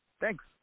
thanks